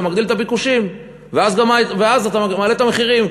מגדיל את הביקושים ואז אתה מעלה את המחירים,